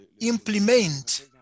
implement